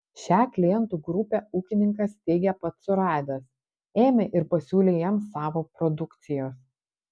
šią klientų grupę ūkininkas teigia pats suradęs ėmė ir pasiūlė jiems savo produkcijos